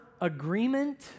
agreement